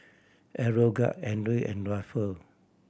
Aeroguard Andre and Ruffle